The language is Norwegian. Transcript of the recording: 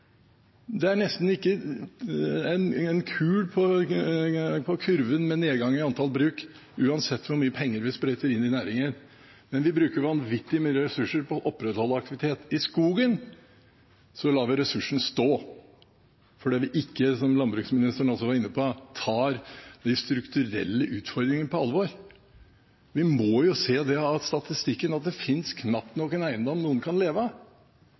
Det er nesten ikke en kul på kurven over nedgang i antall bruk, uansett hvor mye penger vi sprøyter inn i næringen, men vi bruker vanvittig mye ressurser på å opprettholde aktivitet. I skogen lar vi ressursen stå, fordi vi ikke, som landbruksministeren også var inne på, tar de strukturelle utfordringene på alvor. Vi må jo se det av statistikken at det knapt nok finnes en eiendom noen kan leve av.